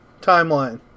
timeline